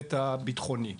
הפרק האחרון שאל את